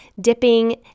dipping